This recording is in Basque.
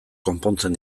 konpontzen